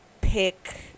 pick